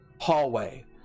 hallway